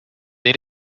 they